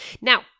Now